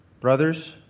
Brothers